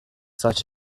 such